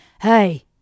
Hey